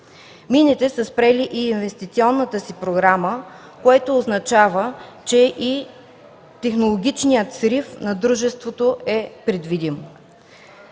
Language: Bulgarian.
Мините са спрели и инвестиционната си програма, което означава, че и технологичният срив на дружеството е предвидим.